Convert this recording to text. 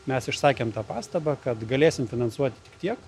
mes išsakėm tą pastabą kad galėsim finansuot tik tiek